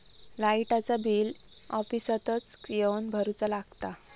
लाईटाचा बिल ऑफिसातच येवन भरुचा लागता?